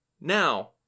Now